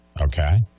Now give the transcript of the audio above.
okay